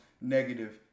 negative